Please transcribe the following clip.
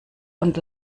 und